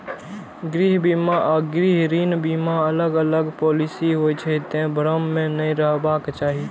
गृह बीमा आ गृह ऋण बीमा अलग अलग पॉलिसी होइ छै, तें भ्रम मे नै रहबाक चाही